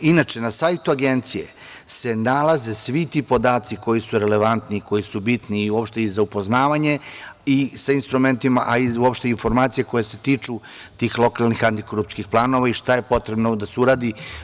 Inače, na sajtu Agencije se nalaze svi ti podaci koji su relevantni, koji su bitni i uopšte i za upoznavanje sa instrumentima, a i uopšte informacije koje se tiču tih lokalnih antikorupcijskih planova i šta je potrebo da se uradi.